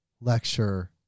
lecture